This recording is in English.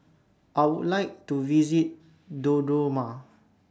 I Would like to visit Dodoma